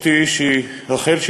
בני מחזורה של אשתי רחל,